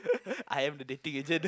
I am the dating agent